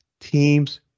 Teams